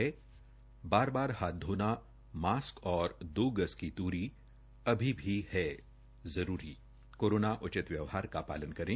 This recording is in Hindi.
बार बार हाथ धोना मास्कद और दो गज की दूरी अभी भी है जरूरी कोरोना उचित व्यावहार का पालन करे